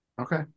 okay